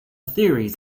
theories